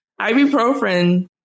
Ibuprofen